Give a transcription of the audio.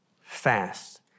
fast